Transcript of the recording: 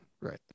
right